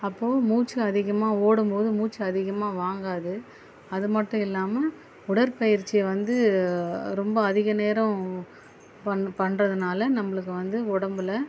அப்போ மூச்சு அதிகமாக ஓடும்போது மூச்சு அதிகமாக வாங்காது அதுமட்டும் இல்லாமல் உடற்பயிற்சியை வந்து ரொம்ப அதிக நேரம் பண் பண்ணுறதுனால நம்பளுக்கு வந்து உடம்பில்